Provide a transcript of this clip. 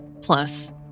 Plus